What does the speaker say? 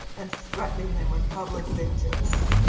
and threatening them with public vengeance.